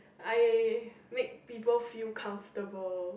I make people feel comfortable